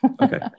Okay